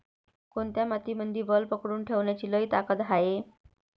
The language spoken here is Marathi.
कोनत्या मातीमंदी वल पकडून ठेवण्याची लई ताकद हाये?